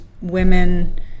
women